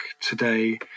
today